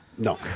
No